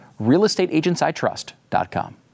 realestateagentsitrust.com